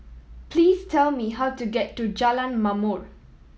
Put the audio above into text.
please tell me how to get to Jalan Ma'mor